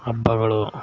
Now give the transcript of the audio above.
ಹಬ್ಬಗಳು